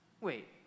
Wait